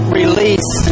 release